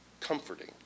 comforting